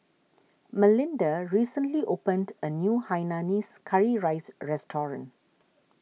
Melinda recently opened a new Hainanese Curry Rice restaurant